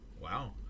wow